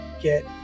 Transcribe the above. get